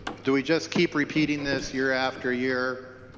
do we just keep repeating this year after year